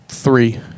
three